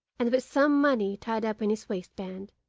and with some money tied up in his waist-band,